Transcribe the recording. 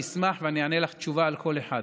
אשמח ואענה לך תשובה על כל אחד.